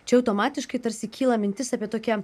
čia automatiškai tarsi kyla mintis apie tokią